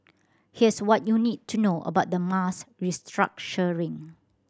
here's what you need to know about the mass restructuring